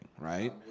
right